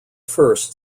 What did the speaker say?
first